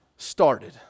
started